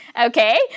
Okay